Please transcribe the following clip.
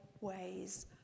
ways